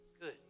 Good